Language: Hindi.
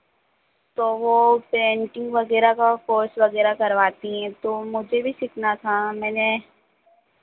तो वो पेन्टिंग वगैरह का कोर्स वगैरह करवाती हैं तो मुझे भी सीखना था मैंने